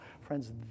Friends